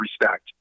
respect